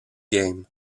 game